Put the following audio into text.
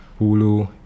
Hulu